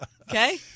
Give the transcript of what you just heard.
Okay